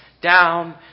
down